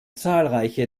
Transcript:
zahlreiche